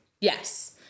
Yes